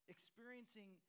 Experiencing